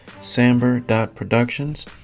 samber.productions